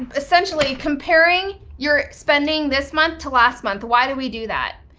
ah essentially, comparing your spending this month to last month. why do we do that?